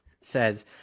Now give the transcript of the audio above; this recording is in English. says